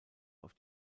auf